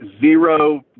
zero